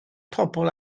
pobl